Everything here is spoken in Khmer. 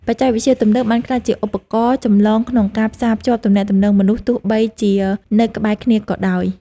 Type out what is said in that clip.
បច្ចេកវិទ្យាទំនើបបានក្លាយជាឧបករណ៍ចម្បងក្នុងការផ្សារភ្ជាប់ទំនាក់ទំនងមនុស្សទោះបីជានៅក្បែរគ្នាក៏ដោយ។